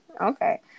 Okay